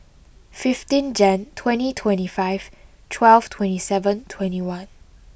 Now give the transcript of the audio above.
fifteen Jan twenty twenty five twelve twenty seven twenty one